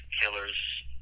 killers